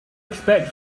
expect